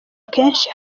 kenshi